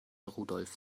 rudolf